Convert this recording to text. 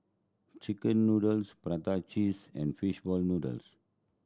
chicken noodles prata cheese and fishball noodles